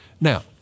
Now